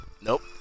Nope